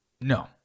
No